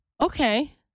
Okay